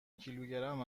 کیلوگرم